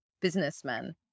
businessmen